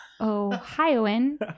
Ohioan